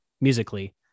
musically